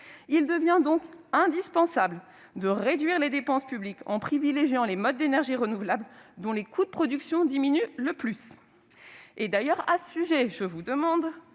Il devient indispensable de réduire les dépenses publiques, en privilégiant les modes d'énergie renouvelable dont les coûts de production diminuent le plus. À ce sujet, monsieur le